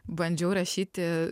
bandžiau rašyti